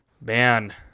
Man